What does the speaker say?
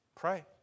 Pray